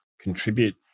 contribute